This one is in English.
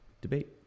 debate